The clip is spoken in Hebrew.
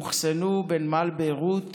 אוחסנו בנמל ביירות